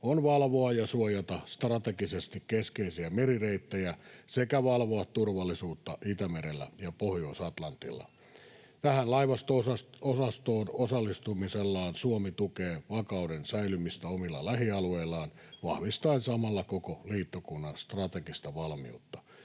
on valvoa ja suojata strategisesti keskeisiä merireittejä sekä valvoa turvallisuutta Itämerellä ja Pohjois-Atlantilla. Tähän laivasto-osastoon osallistumisellaan Suomi tukee vakauden säilymistä omilla lähialueillaan vahvistaen samalla koko liittokunnan strategista valmiutta.